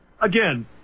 again